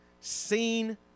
seen